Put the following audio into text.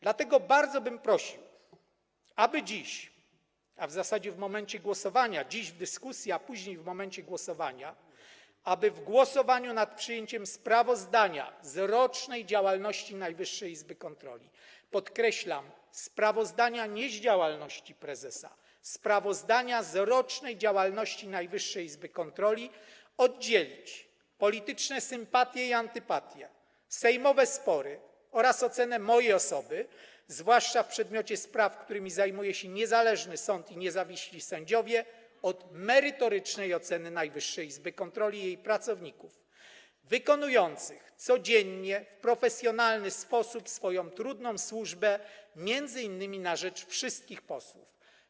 Dlatego bardzo bym prosił, aby dziś, a w zasadzie w momencie głosowania - dziś w dyskusji, a później w momencie głosowania - nad przyjęciem sprawozdania z rocznej działalności Najwyższej Izby Kontroli, podkreślam, sprawozdania nie z działalności prezesa, sprawozdania z rocznej działalności Najwyższej Izby Kontroli, oddzielić polityczne sympatie i antypatie, sejmowe spory oraz ocenę mojej osoby, zwłaszcza w przedmiocie spraw, którymi zajmują się niezależny sąd i niezawiśli sędziowie, od merytorycznej oceny Najwyższej Izby Kontroli i jej pracowników wykonujących codziennie w profesjonalny sposób swoją trudną służbę, m.in. na rzecz wszystkich posłów.